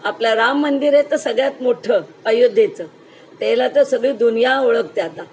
आपला राम मंदिर आहे तर सगळ्यात मोठं अयोध्येचं त्याला तर सगळी दुनिया ओळखते आता